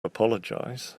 apologize